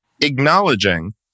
acknowledging